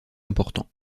important